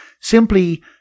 simply